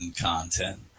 content